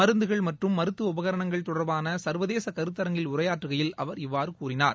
மருந்துகள் மற்றும் மருத்துவ உபகரணங்கள் தொடர்பான சா்வதேச கருத்தரங்கில் உரையாற்றுகையில் அவர் இவ்வாறு கூறினார்